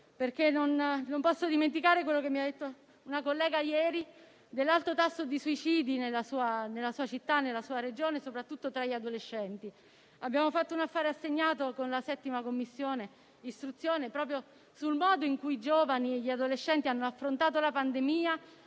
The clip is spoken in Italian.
Non posso dimenticare quello che mi ha detto una collega ieri, riguardo all'alto tasso di suicidi nella sua città e nella sua Regione, soprattutto tra gli adolescenti. Abbiamo svolto un affare assegnato con la 7a Commissione proprio sul modo in cui i giovani e gli adolescenti hanno affrontato la pandemia,